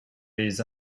les